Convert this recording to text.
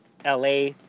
LA